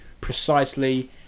precisely